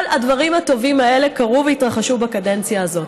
כל הדברים הטובים האלה קרו והתרחשו בקדנציה הזאת.